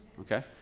Okay